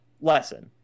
lesson